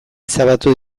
ezabatu